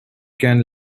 can